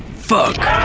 fuck!